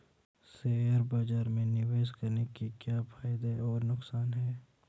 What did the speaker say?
Share बाज़ार में निवेश करने के क्या फायदे और नुकसान हैं?